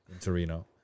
Torino